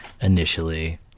initially